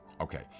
Okay